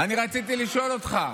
אני רציתי לשאול אותך: